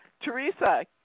Teresa